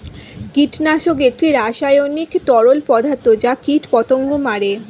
কীটনাশক একটি রাসায়নিক তরল পদার্থ যা কীটপতঙ্গ মারে